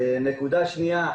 נקודה שנייה.